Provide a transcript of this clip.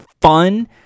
fun